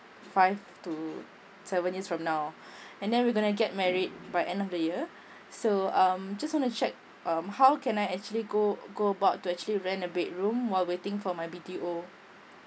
five to seven years from now and then we're going to get married by end of the year so um just want to check um how can I actually go go about to actually rent a bedroom while waiting for my B_T_O